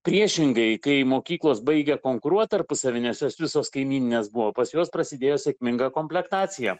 priešingai kai mokyklos baigė konkuruot tarpusavy nes jos visos kaimyninės buvo pas juos prasidėjo sėkminga komplektacija